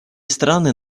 страны